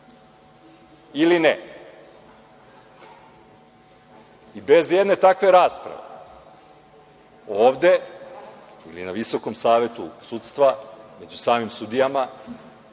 ili ne, i bez jedne takve rasprave ovde ili na Visokom savetu sudstva među samim sudijama